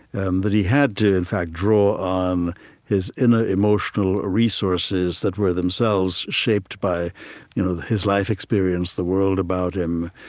and that he had to, in fact, draw on his inner ah emotional ah resources that were themselves shaped by you know his life experience, the world about him,